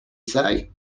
say